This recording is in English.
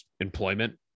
employment